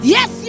Yes